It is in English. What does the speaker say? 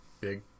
big